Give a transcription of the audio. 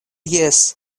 jes